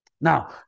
Now